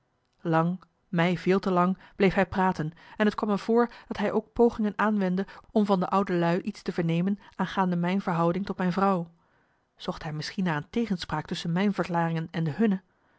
lang mij veel te lang bleef hij praten en het kwam me voor dat hij ook pogingen aanwendde om van de oude lui iets te vernemen aangaande mijn verhouding tot mijn vrouw zocht hij misschien naar een tegenspraak tusschen mijn verklaringen en de hunne